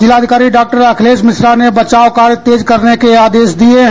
जिलाधिकारी डॉक्टर अखिलेश मिश्रा ने बचाव कार्य तेज करने के आदेश दिए हैं